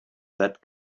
that